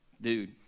Dude